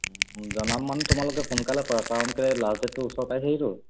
জনাম মানে তোমালোকে সোনকালে কৰা কাৰণ কেলৈ লাষ্ট ডেটটো ওচৰত পাইছেহিতো